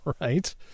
Right